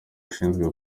ushinzwe